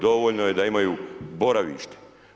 Dovoljno je da imaju boravište.